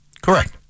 Correct